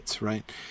right